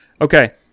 Okay